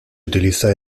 utiliza